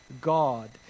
God